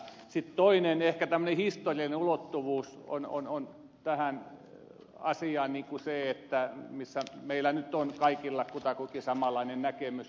sitten toinen ehkä tämmöinen historiallinen ulottuvuus on tähän asiaan se missä meillä nyt on kaikilla kutakuinkin samanlainen näkemys